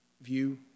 view